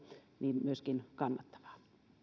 niin myöskin kannattavaa